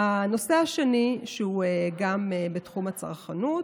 הנושא השני, שהוא גם בתחום הצרכנות,